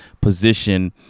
position